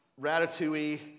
Ratatouille